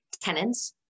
tenants